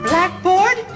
Blackboard